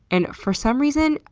and for some reason,